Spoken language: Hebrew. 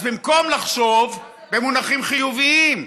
אז במקום לחשוב במונחים חיוביים,